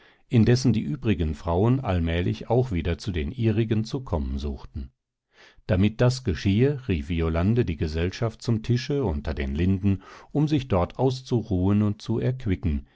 indessen die übrigen frauen allmählich auch wieder zu den ihrigen zu kommen suchten damit das geschehe rief violande die gesellschaft zum tische unter den linden um sich dort auszuruhen und zu erquicken